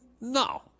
No